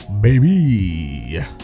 baby